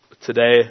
today